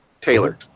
Taylor